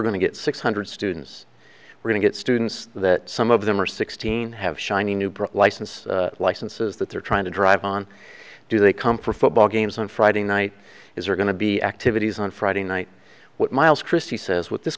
we're going to get six hundred students were to get students that some of them are sixteen have shiny new brick license licenses that they're trying to drive on do they come for football games on friday night is there going to be activities on friday night what miles christie says with this